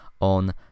on